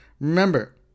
Remember